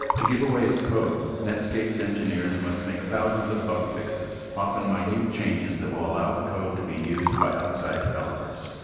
to give away its code netscape engineers must make thousands of bug fixes often minute changes that will allow the code to be used by outside developpers.